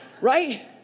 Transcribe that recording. right